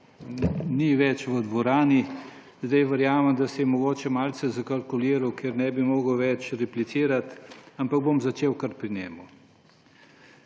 ni več v dvorani. Verjamem, da se je mogoče malce zakalkuliral, ker ne bi mogel več replicirati, ampak bom začel kar pri njem.